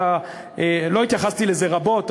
לא התייחסתי לזה רבות,